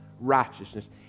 righteousness